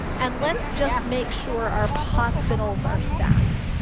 and let's just make sure our hospitals are staffed.